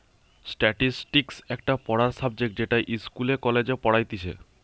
statistics একটা পড়ার subject যেটা ইস্কুলে, কলেজে পড়াইতিছে